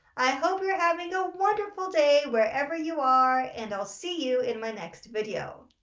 i hope you are having a wonderful day wherever you are and i'll see you in my next video.